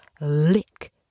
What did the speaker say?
lick